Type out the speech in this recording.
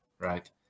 right